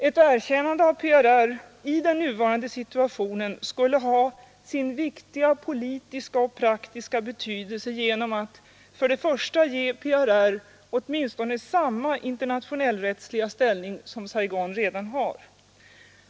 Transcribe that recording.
Ett erkännande av PRR i nuvarande situation skulle ha sin viktiga praktiska och politiska betydelse genom att ge PRR samma internationellrättsliga ställning som Saigon redan har.